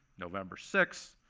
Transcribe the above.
november six